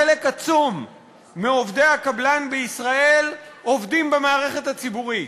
חלק עצום מעובדי הקבלן בישראל עובדים במערכת הציבורית.